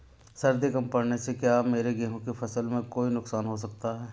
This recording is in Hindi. सर्दी कम पड़ने से क्या मेरे गेहूँ की फसल में कोई नुकसान हो सकता है?